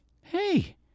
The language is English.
Hey